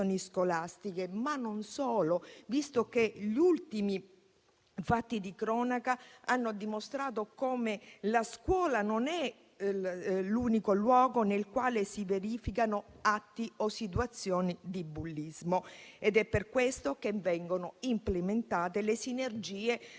scolastiche, ma non solo, visto che gli ultimi fatti di cronaca hanno dimostrato come la scuola non sia l'unico luogo nel quale si verificano atti o situazioni di bullismo. È per questo che vengono implementate le sinergie con